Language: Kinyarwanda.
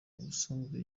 ubusanzwe